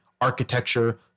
architecture